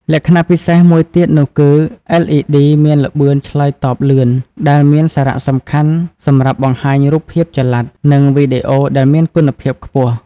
លក្ខណៈពិសេសមួយទៀតនោះគឺLED មានល្បឿនឆ្លើយតបលឿន ដែលមានសារៈសំខាន់សម្រាប់បង្ហាញរូបភាពចល័ត និងវីដេអូដែលមានគុណភាពខ្ពស់។